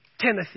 Timothy